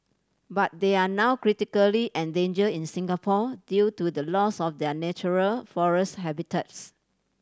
but they are now critically endanger in Singapore due to the loss of their natural forest habitats